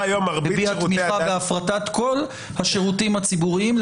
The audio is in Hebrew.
תמיכה בהפרטת כל השירותים הציבוריים,